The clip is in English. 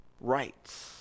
rights